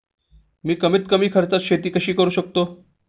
मी कमीत कमी खर्चात शेती कशी करू शकतो?